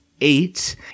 eight